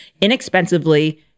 inexpensively